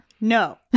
no